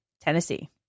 Tennessee